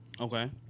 Okay